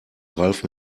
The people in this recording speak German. ralf